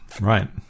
Right